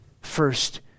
First